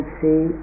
see